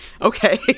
okay